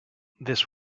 this